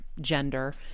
gender